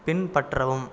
பின்பற்றவும்